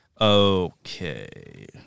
Okay